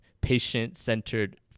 patient-centered